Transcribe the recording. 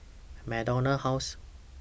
MacDonald House